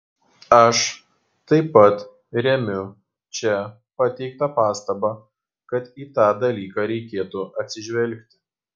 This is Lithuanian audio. aš taip pat remiu čia pateiktą pastabą kad į tą dalyką reikėtų atsižvelgti